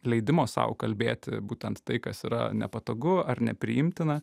leidimo sau kalbėti būtent tai kas yra nepatogu ar nepriimtina